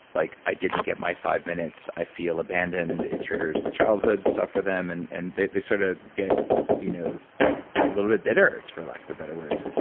like, i didn't get my five minutes, i feel abandoned. it triggers childhood stuff for them, and and they they sort of get you know a little bit bitter, it's for lack of a better word.